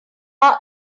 our